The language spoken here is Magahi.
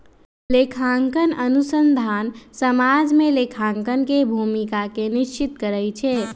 लेखांकन अनुसंधान समाज में लेखांकन के भूमिका के निश्चित करइ छै